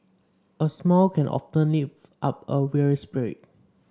a smile can often lift up a weary spirit